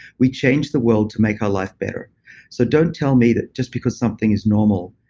we change the world to make our life better so don't tell me that just because something is normal,